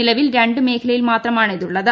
നിലവിൽ രണ്ട് മേഖലയിൽ മാത്രമാണ് ഇത് ഉള്ളത്